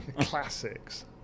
classics